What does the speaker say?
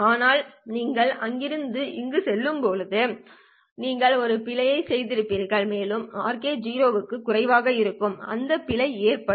ஆனால் நீங்கள் அங்கிருந்து இங்கிருந்து செல்லும் போது நீங்கள் ஒரு பிழையைச் செய்திருப்பீர்கள் மேலும் rk 0 க்கும் குறைவாக இருக்கும்போது அந்த பிழை ஏற்படும்